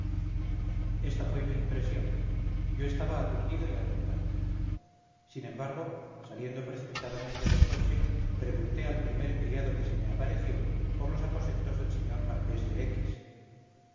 esta fue mi impresión yo estaba aturdido y atontado sin embargo saliendo precipitadamente del coche pregunté al primer criado que se me apareció por los aposentos del señor marqués de x